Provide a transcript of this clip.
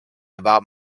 about